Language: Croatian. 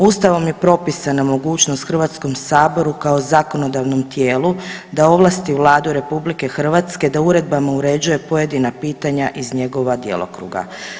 Ustavom je propisana mogućnost Hrvatskom saboru kao zakonodavnom tijelu da ovlasti Vladu RH da uredbama uređuje pojedina pitanja iz njegova djelokruga.